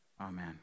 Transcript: Amen